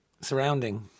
surrounding